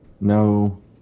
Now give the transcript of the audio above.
No